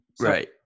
Right